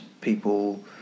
people